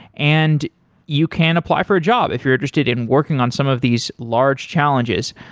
and you can apply for a job if you're interested in working on some of these large challenges.